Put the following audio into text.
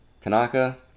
Tanaka